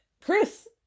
Chris